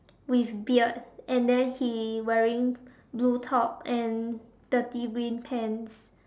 with beard and then he wearing blue top and dirty green pants